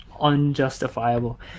unjustifiable